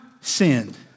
sinned